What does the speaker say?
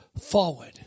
forward